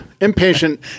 Impatient